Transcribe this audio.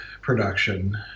production